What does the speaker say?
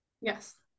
yes